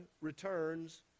returns